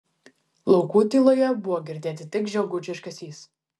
laukų tyloje buvo girdėti tik žiogų čirškesys